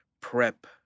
prep